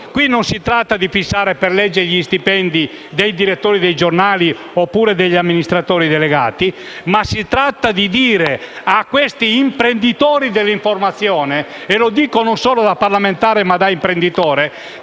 qui non si tratta di fissare per legge gli stipendi dei direttori dei giornali o degli amministratori delegati. Si tratta di dire agli imprenditori dell'informazione - lo dico non solo da parlamentare, ma anche da imprenditore